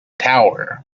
tower